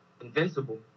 invincible